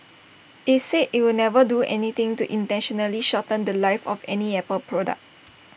IT said IT would never do anything to intentionally shorten The Life of any Apple product